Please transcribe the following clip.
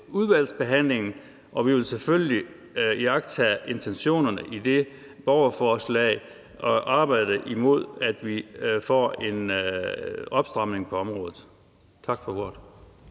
udvalgsbehandlingen, og vi vil selvfølgelig iagttage intentionerne i borgerforslaget og arbejde for, der kommer får en opstramning på området. Tak for ordet.